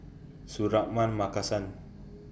Suratman Markasan